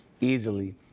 easily